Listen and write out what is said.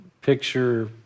picture